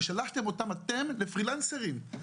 ששלחתם אותם אתם כפרי-לנסרים.